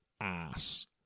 ass